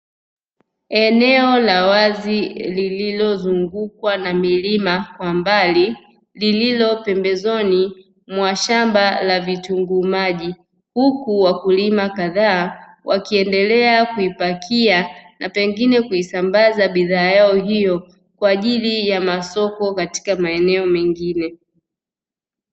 Eneo la wazi lililozungukwa na milima kwa mbali, lililo pembezoni mwa shamba la vitunguu maji. Huku wakulima kadhaa wakiendelea kuipakia na pengine kuisambaza bidhaa yao hiyo kwa ajili ya masoko katika maeneo mengine.